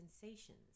sensations